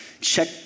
check